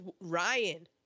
Ryan